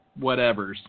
whatevers